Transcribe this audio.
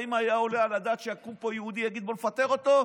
האם היה עולה על הדעת שיקום פה יהודי ויגיד: בואו נפטר אותו?